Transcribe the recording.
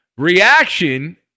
Reaction